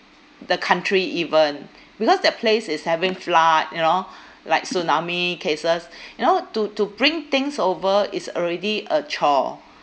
the country even because that place is having flood you know like tsunami cases you know to to bring things over it's already a chore